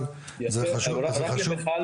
רק למיכל,